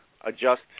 adjust